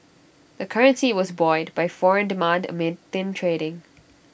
the currency was buoyed by foreign demand amid thin trading